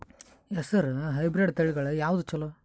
ಹೆಸರ ಹೈಬ್ರಿಡ್ ತಳಿಗಳ ಯಾವದು ಚಲೋ?